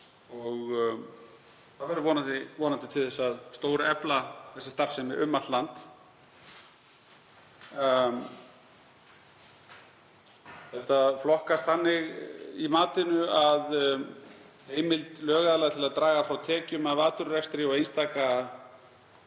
Það verður vonandi til að stórefla þá starfsemi um allt land. Þetta flokkast þannig í matinu að heimild lögaðila til að draga frá tekjum af atvinnurekstri vegna einstakra